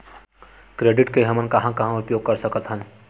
Credit के हमन कहां कहा उपयोग कर सकत हन?